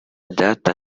data